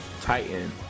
Titan